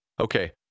okay